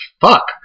Fuck